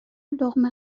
لقمه